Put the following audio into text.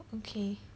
okay